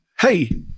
hey